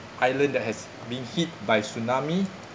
island that has been hit by tsunami